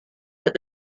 that